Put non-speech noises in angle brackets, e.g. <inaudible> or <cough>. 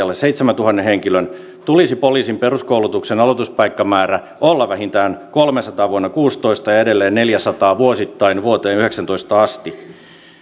<unintelligible> alle seitsemäntuhannen henkilön tulisi poliisin peruskoulutuksen aloituspaikkamäärän olla vähintään kolmenasatana vuonna kaksituhattakuusitoista ja edelleen neljänsadan vuosittain vuoteen kaksituhattayhdeksäntoista asti